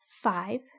five